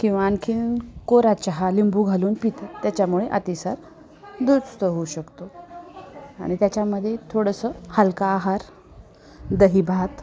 किंवा आणखी कोरा चहा लिंबू घालून पितात त्याच्यामुळे अतिसार दुरुस्त होऊ शकतो आणि त्याच्यामध्ये थोडंसं हलका आहार दही भात